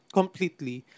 completely